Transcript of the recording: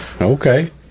Okay